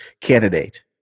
candidate